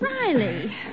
Riley